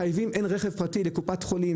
אין רכב פרטי לקופת חולים,